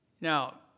Now